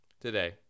today